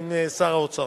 עם שר האוצר.